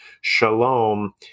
shalom